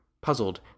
Puzzled